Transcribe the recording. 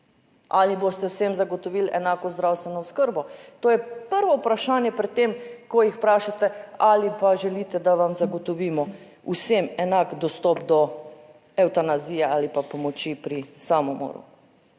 Ali boste vsem zagotovili enako zdravstveno oskrbo? To je prvo vprašanje, pri tem, ko jih vprašate, ali pa želite, da vam zagotovimo vsem enak dostop do evtanazije ali pa pomoči pri samomoru.